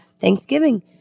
Thanksgiving